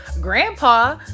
grandpa